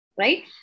Right